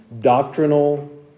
doctrinal